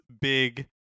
big